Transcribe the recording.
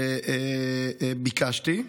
ביקשתי.